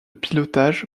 pilotage